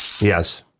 yes